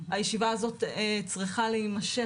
הישיבה הזו צריכה להימשך,